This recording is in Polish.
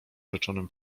rzeczonym